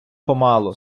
помалу